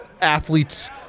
Athletes